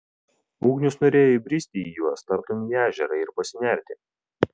ugnius norėjo įbristi į juos tartum į ežerą ir pasinerti